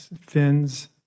fins